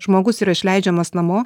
žmogus yra išleidžiamas namo